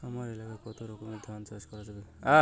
হামার এলাকায় কতো রকমের ধান চাষ করা যাবে?